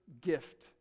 gift